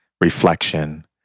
reflection